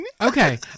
okay